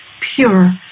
pure